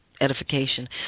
edification